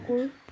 কুকুৰ